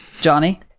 johnny